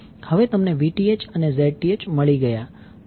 હવે તમને Vth અને Zth મળી ગયા